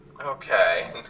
Okay